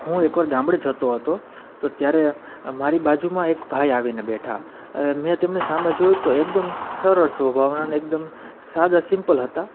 હું એકવાર ગામડે જતો હતો તો ત્યારે મારી બાજુમાં એક ભાઈ આવીને બેઠા મેં તેમની સામે જોયું તો એકદમ સરળ સ્વભાવના અને એકદમ સાદા સિમ્પલ હતા